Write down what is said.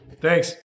Thanks